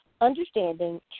Understanding